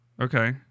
Okay